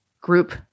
group